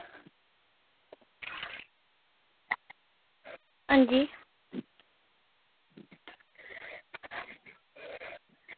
हंजी